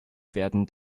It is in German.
werden